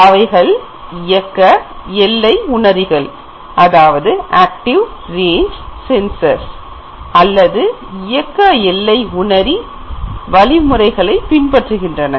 அவைகள் இயக்க எல்லை உணரிகள் அல்லது இயக்க எல்லை உணரி வழி முறைகளைப் பின்பற்றுகின்றன